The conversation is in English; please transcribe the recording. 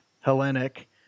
Hellenic